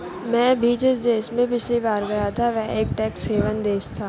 मैं भी जिस देश में पिछली बार गया था वह एक टैक्स हेवन देश था